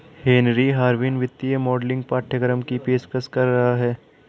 Henry Harvin वित्तीय modelling पाठ्यक्रम की पेशकश कर रहा हैं